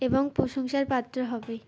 এবং প্রশংসার পাত্র হবে